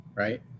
right